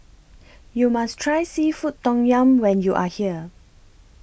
YOU must Try Seafood Tom Yum when YOU Are here